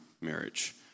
marriage